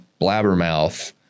blabbermouth